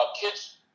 kids